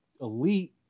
elite